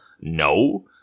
no